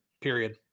period